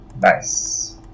nice